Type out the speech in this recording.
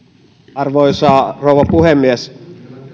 arvoisa rouva puhemies